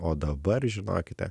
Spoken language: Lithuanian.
o dabar žinokite